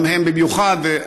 והן במיוחד.